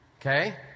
Okay